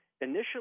Initially